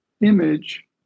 image